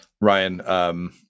Ryan